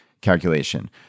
calculation